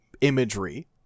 imagery